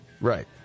Right